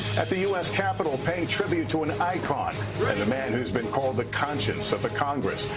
at the u s. capital, paying tribute to an icon, and the man who has been called the conscious of the congress.